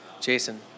Jason